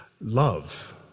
love